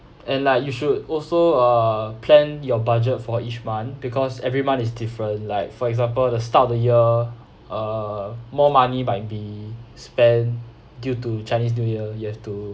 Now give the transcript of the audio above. and like you should also uh plan your budget for each month because every month is different like for example the start of the year uh more money might be spend due to chinese new year you have to